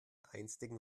einstigen